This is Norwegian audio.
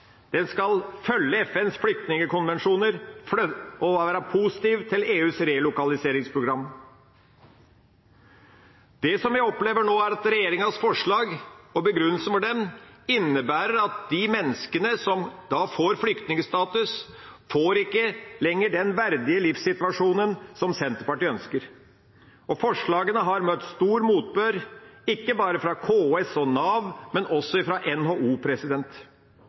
den svakes sterkeste vern. Alle kan ikke komme innenfor de norske grensene, men alle som er innenfor, skal behandles med verdighet. Som sagt skal vi følge FNs flyktningkonvensjon og være positiv til EUs relokaliseringsprogram. Det jeg opplever nå, er at regjeringas forslag og begrunnelse for det, innebærer at de menneskene som får flyktningstatus, ikke lenger får den verdige livssituasjonen som Senterpartiet ønsker. Forslagene har møtt stor motbør, ikke bare